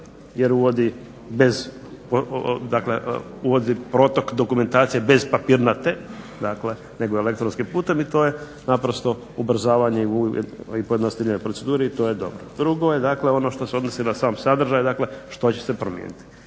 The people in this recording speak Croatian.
jer uvodi protok dokumentacije bez papirnate nego elektronskim putem i to je naprosto ubrzavanje i pojednostavljenje procedure i to je dobro. Drugo je ono što se odnosi na sam sadržaj, dakle što će se promijeniti.